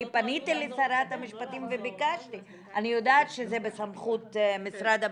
אני יודעת שזה בסמכות משרד המשפטים,